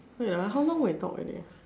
wait ah how long we talk already ah